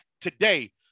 today